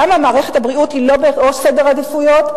למה מערכת הבריאות היא לא בראש סדר העדיפויות?